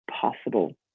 possible